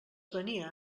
venia